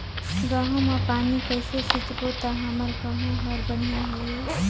गहूं म पानी कइसे सिंचबो ता हमर गहूं हर बढ़िया होही?